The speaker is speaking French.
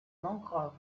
mangroves